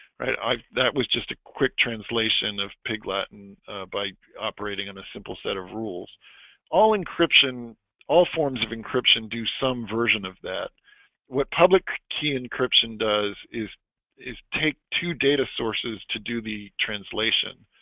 right? i that was just a quick translation of pig latin by operating in a simple set of rules all encryption all forms of encryption do some version of that what public key encryption does is is take two data sources to do the translation?